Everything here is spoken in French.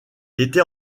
était